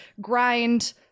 grind